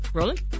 Rolling